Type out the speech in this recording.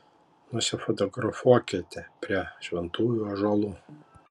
nusifotografuokite prie šventųjų ąžuolų